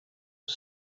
was